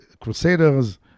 Crusaders